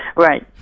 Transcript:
right,